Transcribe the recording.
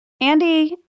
Andy